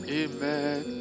amen